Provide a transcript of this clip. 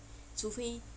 除非